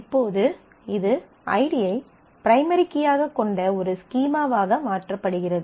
இப்போது இது ஐடி ஐ பிரைமரி கீயாகக் கொண்ட ஒரு ஸ்கீமாவாக மாற்றப்படுகிறது